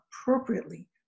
appropriately